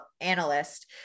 Analyst